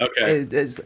Okay